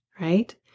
right